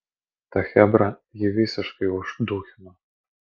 ta chebra jį visiškai uždūchino